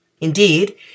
Indeed